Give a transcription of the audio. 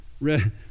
Red